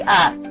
up